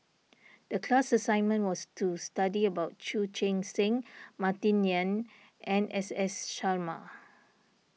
the class assignment was to study about Chu Chee Seng Martin Yan and S S Sarma